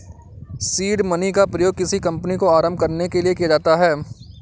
seed money का प्रयोग किसी कंपनी को आरंभ करने के लिए किया जाता है